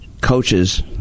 coaches